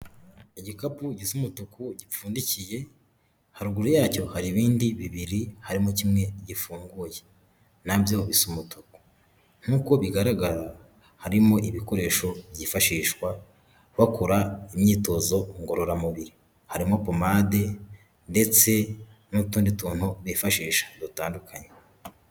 Igikapu gisa umutuku gipfundikiye, haruguru yacyo hari ibindi bibiri harimo kimwe gifunguye nabyo bisa umutuku, nk'uko bigaragara harimo ibikoresho byifashishwa bakora imyitozo ngororamubiri, harimo pomade ndetse n'utundi tuntu bifashisha dutandukanye.